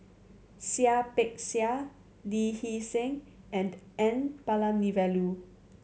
Seah Peck Seah Lee Hee Seng and N Palanivelu